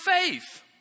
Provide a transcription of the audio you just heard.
faith